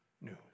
news